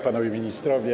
Panowie Ministrowie!